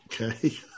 Okay